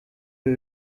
ibi